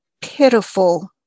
pitiful